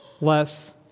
less